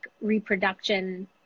reproduction